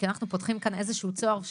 כי אנחנו פותחים כאן איזשהו צוהר,